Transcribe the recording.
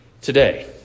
today